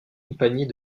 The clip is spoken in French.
compagnie